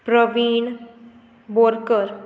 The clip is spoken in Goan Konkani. प्रवीण बोरकर